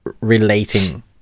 relating